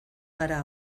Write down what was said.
gara